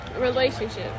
relationships